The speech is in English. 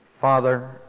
Father